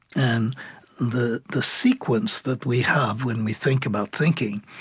and the the sequence that we have when we think about thinking,